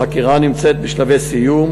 החקירה נמצאת בשלבי סיום.